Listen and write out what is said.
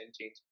change